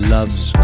Love's